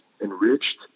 enriched